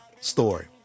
story